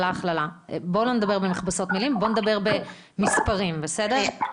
בואי נדבר במספרים, בסדר?